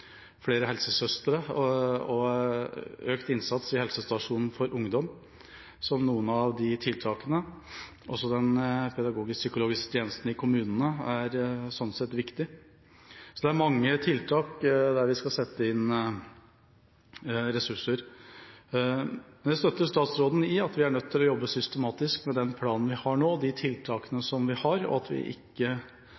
flere helsesøstre og økt innsats i helsestasjon for ungdom som noen av de tiltakene. Også den pedagogisk-psykologiske tjenesten i kommunene er sånn sett viktig. Så det er mange tiltak der vi skal sette inn ressurser. Jeg støtter statsråden i at vi er nødt til å jobbe systematisk med den planen vi har nå, og de tiltakene